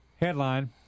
Headline